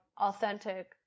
authentic